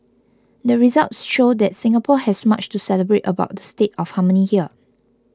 the results show that Singapore has much to celebrate about the state of harmony here